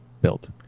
built